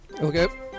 Okay